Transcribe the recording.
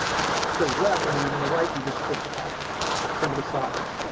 says left. and when you want to write you to split the pattern same of the sides.